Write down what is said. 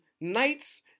knights